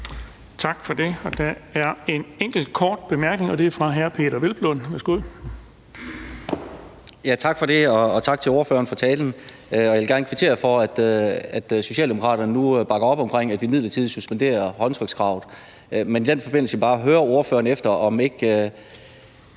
Tak for det. Der er en enkelt kort bemærkning, og den er fra hr. Peder Hvelplund. Værsgo. Kl. 13:04 Peder Hvelplund (EL): Tak for det, og tak til ordføreren for talen. Jeg vil gerne kvittere for, at Socialdemokraterne nu bakker op om, at vi midlertidigt suspenderer håndtrykskravet, men jeg vil i den forbindelse bare høre ordføreren, om man